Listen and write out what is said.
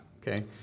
Okay